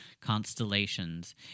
constellations